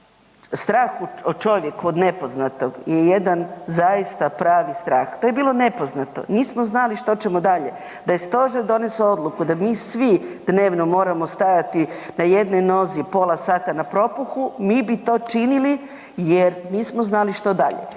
strah u čovjeku od nepoznatog je jedan zaista pravi strah. To je bilo nepoznato, nismo znali što ćemo dalje. Da je stožer donesao odluku da mi svi dnevno moramo stajati na jednoj nozi pola sata na propuhu, mi bi to činili jer nismo znali što dalje.